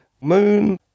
...Moon